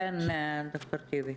כן, ד"ר טיבי.